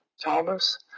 Thomas